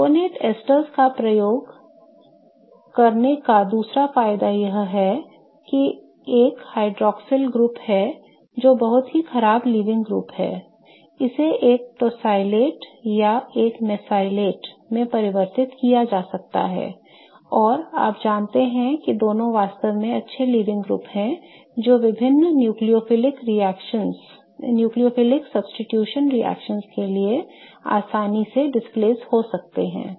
sulfonate ester का उपयोग करने का दूसरा फायदा यह है कि एक हाइड्रॉक्सिल समूह जो एक बहुत ही खराब लीविंग ग्रुप है इसे एक tosylate या एक मेसेलेट में परिवर्तित किया जा सकता है और आप जानते हैं कि दोनों वास्तव में अच्छे लीविंग ग्रुप हैं जो विभिन्न न्यूक्लियोफिलिक प्रतिस्थापन रिएक्शनओं के लिए आसानी से विस्थापित हो सकते हैं